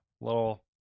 Little